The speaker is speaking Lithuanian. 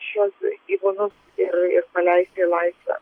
šiuos gyvūnus ir ir paleisti į laisvę